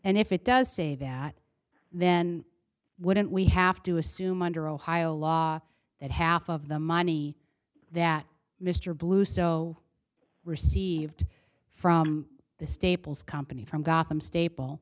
and if it does say that then wouldn't we have to assume under ohio law that half of the money that mr blue so received from the staples company from